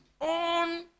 on